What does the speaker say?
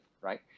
right